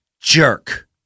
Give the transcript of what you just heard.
jerk